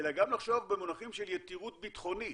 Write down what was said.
אלא גם לחשוב במונחים של יתירות ביטחונית.